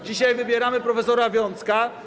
Dzisiaj wybieramy prof. Wiącka.